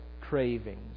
cravings